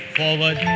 forward